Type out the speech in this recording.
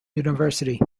university